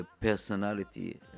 personality